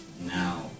now